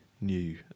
new